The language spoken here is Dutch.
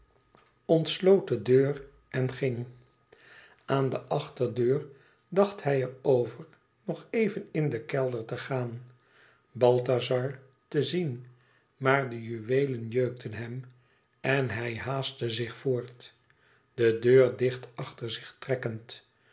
de deur en ging aan de achterdeur dacht hij er over nog even in de kelder te gaan balthazar te zien maar de juweelen jeukten hem en hij haastte zich voort de deur dicht achter zich trekkend